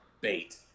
bait